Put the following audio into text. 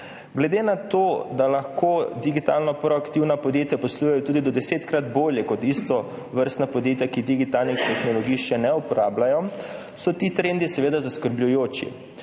Glede na to, da lahko digitalno proaktivna podjetja poslujejo tudi do desetkrat bolje kot istovrstna podjetja, ki digitalnih tehnologij še ne uporabljajo, so ti trendi seveda zaskrbljujoči.